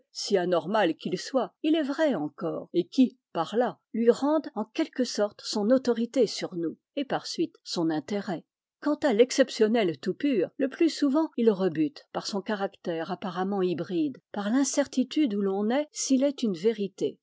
si anormal qu'il soit il est vrai encore et qui par là lui rende en quelque sorte son autorité sur nous et par suite son intérêt quant à l'exceptionnel tout pur le plus souvent il rebute par son caractère apparemment hybride par l'incertitude où l'on est s'il est une vérité